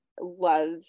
love